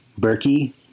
Berkey